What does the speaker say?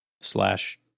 Slash